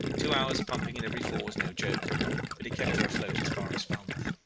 two hours' pumping in every four is no joke but it kept her afloat as far as falmouth.